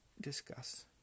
discuss